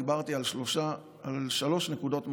דיברתי על שלוש נקודות מרכזיות: